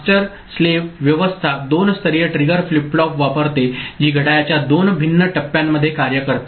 master गुलाम व्यवस्था दोन स्तरीय ट्रिगर फ्लिप फ्लॉप वापरते जी घड्याळाच्या दोन भिन्न टप्प्यांमध्ये कार्य करते